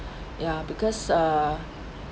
ya because err